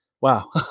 wow